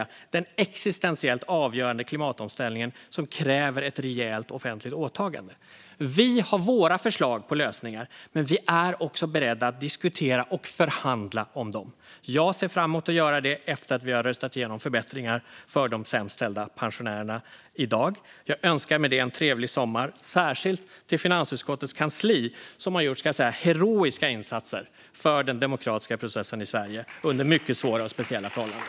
Det handlar om den existentiellt avgörande klimatomställningen, som kräver ett rejält offentligt åtagande. Vi har våra förslag på lösningar, men vi är också beredda att diskutera och förhandla om dem. Jag ser fram emot att göra det efter att förbättringar för de pensionärer som har det sämst ställt har röstats igenom i dag. Jag önskar med detta en trevlig sommar, särskilt till finansutskottets kansli, som har gjort heroiska insatser för den demokratiska processen i Sverige under mycket svåra och speciella förhållanden.